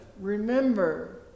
remember